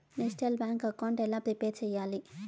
Digital bank account ఎలా prepare సెయ్యాలి?